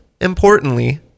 importantly